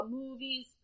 movies